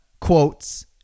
quotes